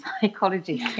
psychology